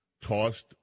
tossed